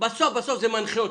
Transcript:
בסוף בסוף זה מנחה אותו.